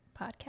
podcast